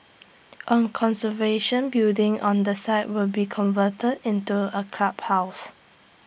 A conservation building on the site will be converted into A clubhouse